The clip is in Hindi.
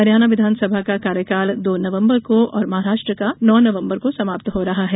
हरियाणा विधानसभा का कार्यकाल दो नवम्बर को और महाराष्ट्र का नौ नवम्बर को समाप्त हो रहा है